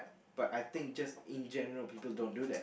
but I think just in general people don't do that